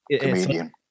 comedian